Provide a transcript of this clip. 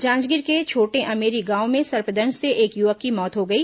जांजगीर के छोटेअमेरी गांव में सर्पदंश से एक युवक की मौत हो गई